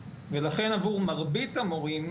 ולכן עבור מרבית המורים,